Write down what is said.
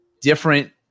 different